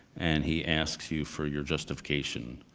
and he asks you for your justification.